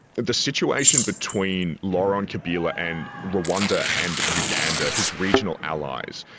the situation between laurent kabila and rwanda and uganda, his regional allies,